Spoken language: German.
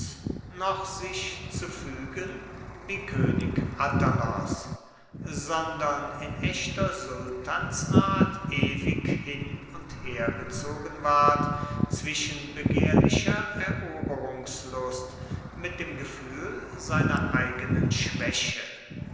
noch sich zu fügen wie könig attalos sondern in echter sultansart ewig hin und hergezogen ward zwischen begehrlicher eroberungslust mit dem gefühl seiner eigenen schwäche